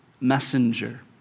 messenger